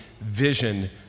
vision